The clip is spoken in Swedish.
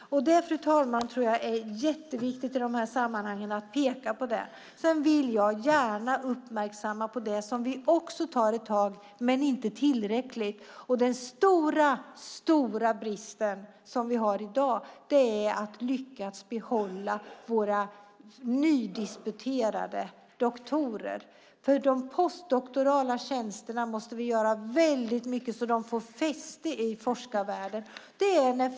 Det, fru talman, tror jag är jätteviktigt att peka på i de här sammanhangen. Jag vill gärna uppmärksamma det som vi också tar tag i, men inte tillräckligt, vilket är en stor brist. Det gäller hur vi ska lyckas behålla våra nydisputerade doktorer. De postdoktorala tjänsterna måste vi göra mycket åt så att de får fäste i forskarvärlden.